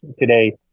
today